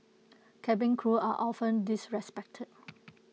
cabin crew are often disrespected